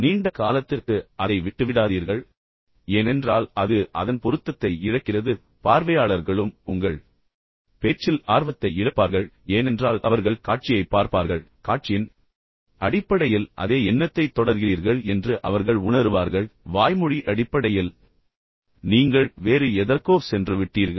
நீண்ட காலத்திற்கு அதை விட்டுவிடாதீர்கள் ஏனென்றால் அது அதன் பொருத்தத்தை இழக்கிறது பார்வையாளர்களும் உங்கள் பேச்சில் ஆர்வத்தை இழப்பார்கள் ஏனென்றால் அவர்கள் காட்சியைப் பார்ப்பார்கள் மேலும் நீங்கள் இன்னும் காட்சியின் அடிப்படையில் அதே எண்ணத்தைத் தொடர்கிறீர்கள் என்று அவர்கள் உணருவார்கள் ஆனால் வாய்மொழி அடிப்படையில் நீங்கள் வேறு எதற்கோ சென்றுவிட்டீர்கள்